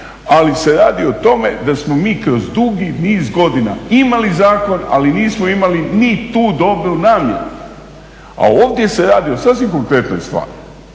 Ali se radi o tome da smo mi kroz dugi niz godina imali zakon ali nismo imali ni tu dobru namjeru. A ovdje se radi o sasvim konkretnoj stvari.